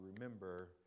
remember